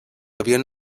havien